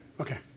Okay